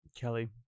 Kelly